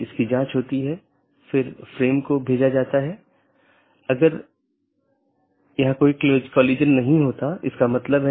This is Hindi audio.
इसलिए हर कोई दुसरे को जानता है या हर कोई दूसरों से जुड़ा हुआ है